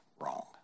wrong